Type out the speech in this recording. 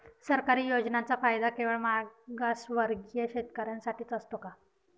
सरकारी योजनांचा फायदा केवळ मागासवर्गीय शेतकऱ्यांसाठीच असतो का?